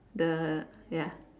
the ya